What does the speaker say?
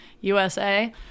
USA